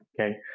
okay